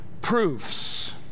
proofs